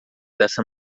dessa